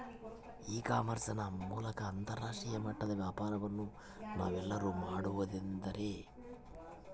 E commerce ನ ಮೂಲಕ ಅಂತರಾಷ್ಟ್ರೇಯ ಮಟ್ಟದ ವ್ಯಾಪಾರವನ್ನು ನಾವೆಲ್ಲರೂ ಮಾಡುವುದೆಂದರೆ?